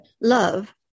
love